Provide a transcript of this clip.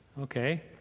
Okay